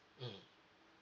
mmhmm